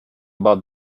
about